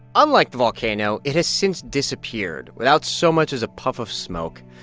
unlike the volcano, it has since disappeared without so much as a puff of smoke.